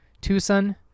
Tucson